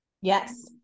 yes